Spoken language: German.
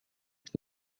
ist